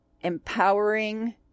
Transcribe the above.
empowering